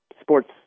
sports